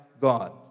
God